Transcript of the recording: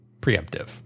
preemptive